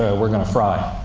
ah we're gonna fry.